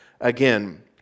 again